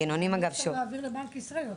אפשר להעביר לבנק ישראל.